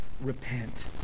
repent